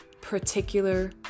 particular